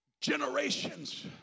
Generations